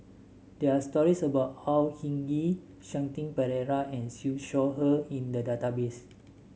there are stories about Au Hing Yee Shanti Pereira and Siew Shaw Her in the database